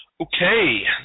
Okay